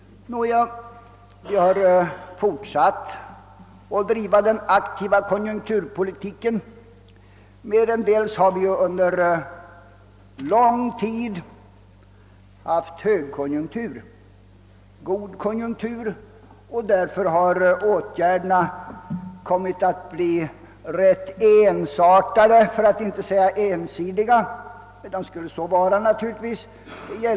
Vi har fortsatt att driva den aktiva konjunkturpolitiken. Merendels har vi under lång tid haft en god konjunktur, och därför har åtgärderna kommit att bli rätt ensartade för att inte säga ensidiga — men de skulle så vara naturligtvis.